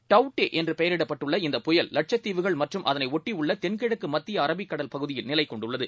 tau டே என்று பெயரிடப்பட்டுள்ள இந்த புயல் லட்சத்தீவுகள் மற்றும் அதனையொட்டி உள்ள தென்கிழக்கு மத்திய அரபிக்கடல் பகுதியில் நிலை கொண்டுள்ளது